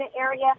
area